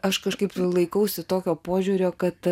aš kažkaip laikausi tokio požiūrio kad